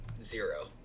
zero